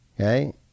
Okay